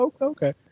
okay